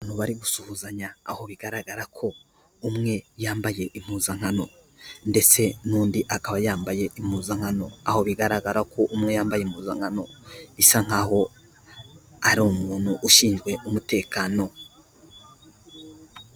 Abantu bari gusuhuzanya aho bigaragara ko umwe yambaye impuzankano ndetse n'undi akaba yambaye impuzankano aho bigaragara ko umwe yambaye impuzankano isa nk'aho ari umuntu ushinzwe umutekano.